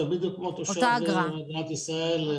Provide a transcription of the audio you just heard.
זה בדיוק כמו תושב מדינת ישראל,